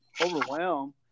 overwhelmed